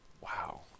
wow